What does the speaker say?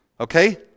okay